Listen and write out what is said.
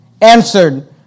answered